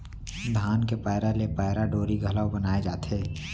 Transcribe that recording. धान के पैरा ले पैरा डोरी घलौ बनाए जाथे